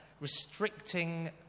restricting